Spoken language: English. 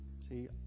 See